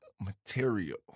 material